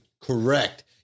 Correct